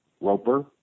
roper